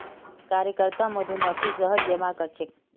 कार्यकर्ता मधुमक्खी शहद जमा करछेक